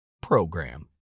PROGRAM